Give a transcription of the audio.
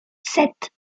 sept